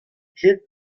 ket